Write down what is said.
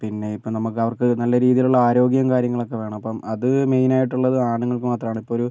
പിന്നെ ഇപ്പം നമുക്ക് അവർക്ക് നല്ല രീതിയിലുള്ള ആരോഗ്യം കാര്യങ്ങളൊക്കെ വേണം അപ്പം അത് മെയിനായിട്ടുള്ളത് ആണുങ്ങൾക്ക് മാത്രമാണ് ഇപ്പമൊരു